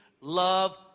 love